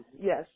Yes